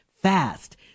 fast